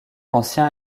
ancien